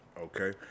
Okay